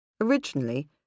Originally